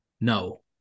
No